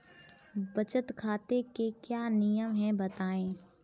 बचत खाते के क्या नियम हैं बताएँ?